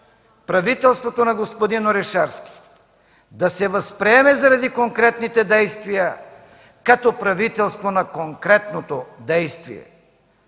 правителството на господин Орешарски да се възприеме заради конкретните действия като правителство на конкретното действие.